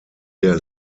der